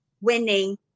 winning